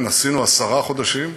עשינו עשרה חודשים,